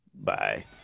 Bye